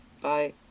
Bye